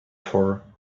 for